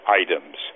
items